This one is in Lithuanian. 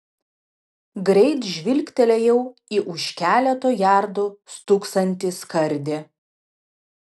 greit žvilgtelėjau į už keleto jardų stūksantį skardį